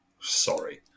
Sorry